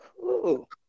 Cool